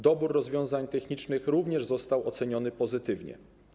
Dobór rozwiązań technicznych również został oceniony pozytywnie.